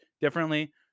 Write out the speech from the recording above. differently